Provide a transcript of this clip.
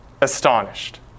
astonished